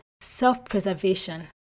self-preservation